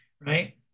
right